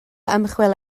ymchwil